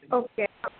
okay